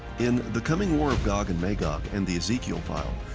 in the coming war of gog and magog and the ezekiel file,